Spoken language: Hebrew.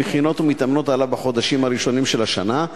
מכינות ומתאמנות עליו בחודשים הראשונים של השנה,